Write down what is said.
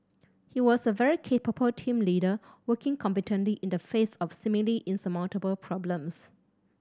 he was a very capable team leader working competently in the face of seemingly insurmountable problems